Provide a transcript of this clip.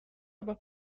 aber